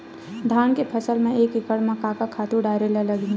धान के फसल म एक एकड़ म का का खातु डारेल लगही?